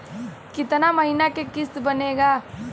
कितना महीना के किस्त बनेगा?